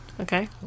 Okay